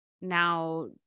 now